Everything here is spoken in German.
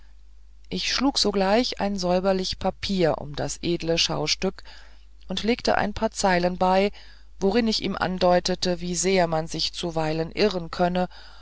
ich schlug sogleich ein säuberlich papier um das edle schaustück und legte ein paar zeilen bei worin ich ihm andeutete wie sehr man sich zuweilen irren könne